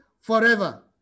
forever